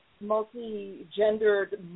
multi-gendered